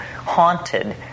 haunted